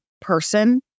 person